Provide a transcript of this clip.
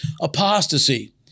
apostasy